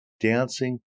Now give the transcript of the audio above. dancing